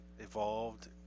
Evolved